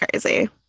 crazy